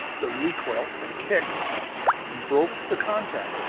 the recoil the kick broke the contact!